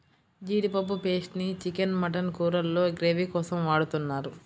జీడిపప్పు పేస్ట్ ని chicken, mutton కూరల్లో గ్రేవీ కోసం వాడుతున్నారు